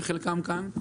שחלקם כאן,